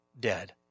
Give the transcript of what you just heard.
dead